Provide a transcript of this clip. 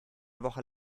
woche